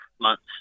months